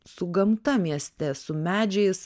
su gamta mieste su medžiais